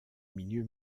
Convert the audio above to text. milieu